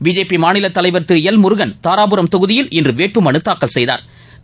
BJP மாநில தலைவர் திரு எல் முருகன் தாராபுரம் தொகுதியில் இன்று வேட்புமனு தாக்கல் செய்தாா்